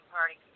Party